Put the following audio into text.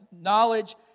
knowledge